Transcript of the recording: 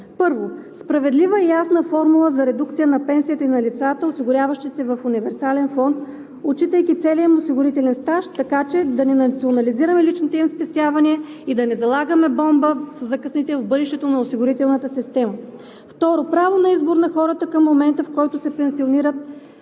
Първо, справедлива и ясна формула за редукция на пенсията и на лицата, осигуряващи се в универсален фонд, отчитайки целия им осигурителен стаж, така че да не национализираме личните им спестявания и да не залагаме бомба със закъснител в бъдещето на осигурителната система. Второ, право на избор на хората към момента, в който се пенсионират,